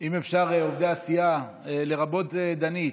אם אפשר, עובדי הסיעה, לרבות דנית,